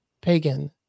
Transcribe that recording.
pagan